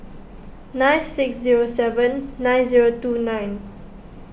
nine six zero seven nine zero two nine